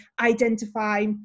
identify